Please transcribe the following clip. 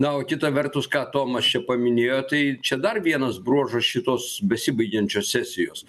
na o kita vertus ką tomas čia paminėjo tai čia dar vienas bruožas šitos besibaigiančios sesijos